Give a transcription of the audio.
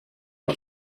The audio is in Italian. una